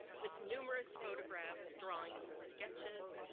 with numerous photographs, drawings and sketches,